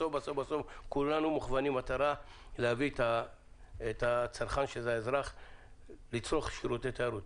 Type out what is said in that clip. בסוף כולנו מוכוונים מטרה להביא את האזרח לצרוך שירותי תיירות.